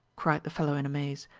cried the fellow in amaze,